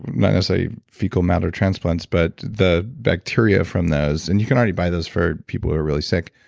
not necessarily, fecal matter transplants, but the bacteria from those and you can already buy those for people who are really sick,